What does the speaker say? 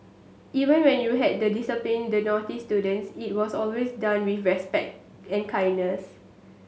even when you had the discipline the naughty students it was always done with respect and kindness